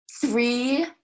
Three